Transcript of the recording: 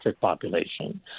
population